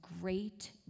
great